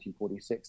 1946